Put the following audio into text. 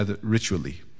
ritually